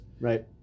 Right